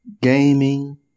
gaming